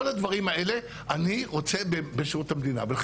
כל הדברים האלה אני רוצה בשירות המדינה ולכן